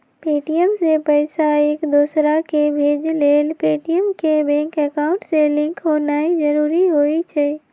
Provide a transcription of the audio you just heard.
Paytm से पईसा एकदोसराकेँ भेजे लेल पेटीएम के बैंक अकांउट से लिंक होनाइ जरूरी होइ छइ